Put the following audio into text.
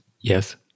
Yes